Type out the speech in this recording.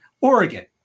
Oregon